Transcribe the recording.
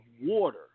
water